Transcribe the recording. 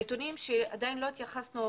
הנתונים שעדיין לא התייחסנו